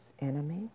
enemy